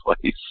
place